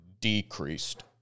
decreased